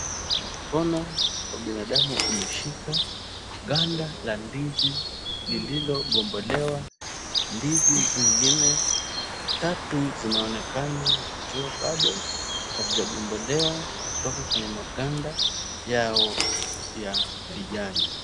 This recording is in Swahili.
Mkono wa binadamu umeshika ganda la ndizi lililogombolewa, ndizi zingine tatu zinaonekana zikiwa bado hazijagombolewa kutoka kwenye maganda yao ya kijani.